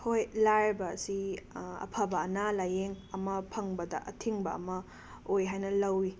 ꯍꯣꯏ ꯂꯥꯏꯔꯕ ꯑꯁꯤ ꯑꯐꯕ ꯑꯅꯥ ꯂꯥꯌꯦꯡ ꯑꯃ ꯐꯪꯕꯗ ꯑꯊꯤꯡꯕ ꯑꯃ ꯑꯣꯏ ꯍꯥꯏꯅ ꯂꯧꯋꯤ